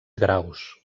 graus